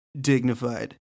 dignified